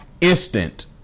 Instant